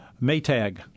Maytag